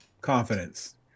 confidence